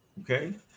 Okay